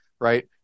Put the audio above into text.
right